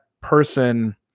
person